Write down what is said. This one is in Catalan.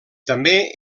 també